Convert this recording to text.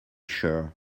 sure